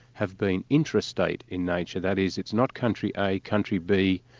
have been intrastate in nature. that is, it's not country a, country b,